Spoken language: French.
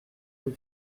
deux